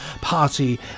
party